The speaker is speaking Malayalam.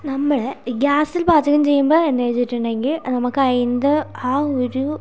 നമ്മൾ ഗ്യാസിൽ പാചകം ചെയ്യുമ്പോൾ എന്നു വച്ചിട്ടുണ്ടെങ്കിൽ നമുക്ക് അതിൻ്റെ ആ ഒരു